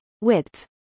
width